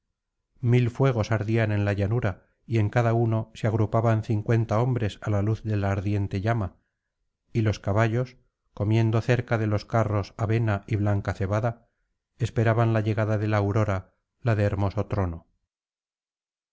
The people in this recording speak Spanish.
mil fuegos ardían en la llanura y en cada uno se agrupaban cincuenta hombres á la luz de la ardiente llama y los caballos comiendo cerca de los carros avena y blanca cebada esperaban la llegada de la aurora la de hermoso trono